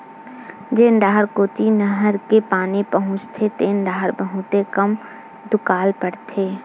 जेन डाहर कोती नहर के पानी पहुचथे तेन डाहर बहुते कम दुकाल परथे